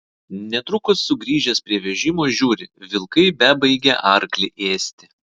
netrukus sugrįžęs prie vežimo žiūri vilkai bebaigią arklį ėsti